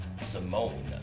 Simone